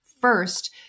first